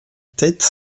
tête